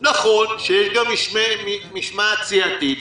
נכון שיש גם משמעת סיעתית,